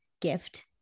gift